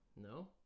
No